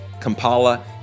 Kampala